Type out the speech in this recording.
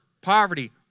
poverty